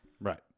Right